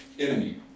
enemy